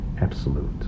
absolute